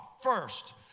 first